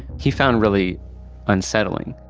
he found really unsettling